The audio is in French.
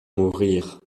mourir